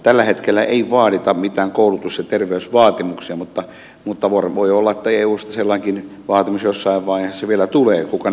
tällä hetkellä ei vaadita mitään koulutus ja terveysvaatimuksia mutta voi olla että eusta sellainenkin vaatimus jossain vaiheessa vielä tulee kuka näitä ohjaa